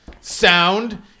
Sound